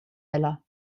ella